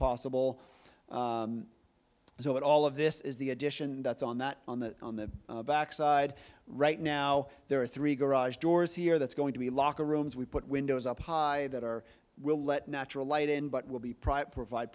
possible so that all of this is the addition that's on the on the on the back side right now there are three garage doors here that's going to be locker rooms we put windows up high that are will let natural light in but will be pr